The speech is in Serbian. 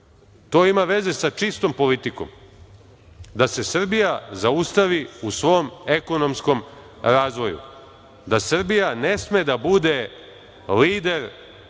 to ima veze sa čistom politikom, da se Srbija zaustavi u svom ekonomskom razvoju, da Srbija ne sme da bude lider